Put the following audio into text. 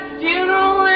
funeral